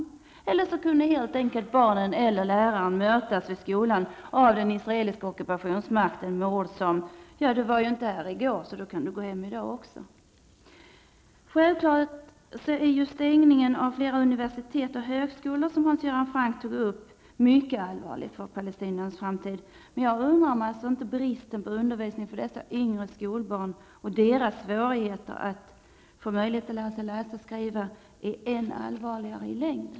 Det kunde helt enkelt t.o.m. vara så, att barnen eller läraren möttes vid skolan av någon från den israeliska ockupationsmakten med orden: Du var inte här i går. Därför kan du gå hem i dag också. Självfallet är stängningen av flera universitet och högskolor, som Hans Göran Franck nämnde, en mycket allvarlig sak med tanke på palestiniernas framtid. Men jag undrar om inte bristen på undervisning för dessa yngre skolbarn liksom deras svårigheter när det gäller att få möjlighet att lära sig läsa och skriva i längden är ännu allvarligare.